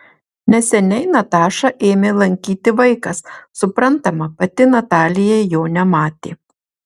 neseniai natašą ėmė lankyti vaikas suprantama pati natalija jo nematė